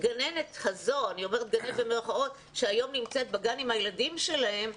שהגננת הזו שהיום נמצאת בגן עם הילדים שלהם,